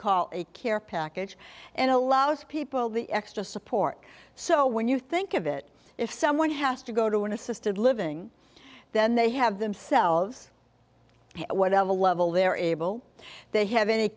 call a care package and allows people the extra support so when you think of it if someone has to go to an assisted living then they have themselves at whatever level they're able they have any